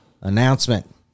announcement